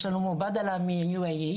יש לנו "Badala" מאיחוד האמירויות,